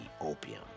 opium